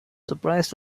surprised